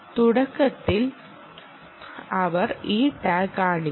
തുടക്കത്തിൽ അവർ ഈ ടാഗ് കാണിക്കും